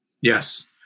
Yes